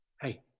hey